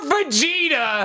Vegeta